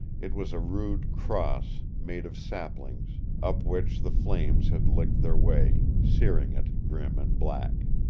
it was a rude cross made of saplings, up which the flames had licked their way, searing it grim and black.